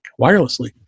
wirelessly